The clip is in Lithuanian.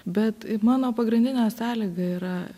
bet mano pagrindinė sąlyga yra